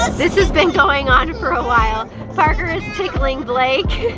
this has been going on for a while parker is tickling blake